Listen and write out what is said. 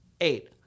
eight